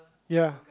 ya